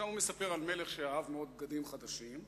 הוא מספר על מלך שאהב מאוד בגדים חדשים,